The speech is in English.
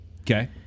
Okay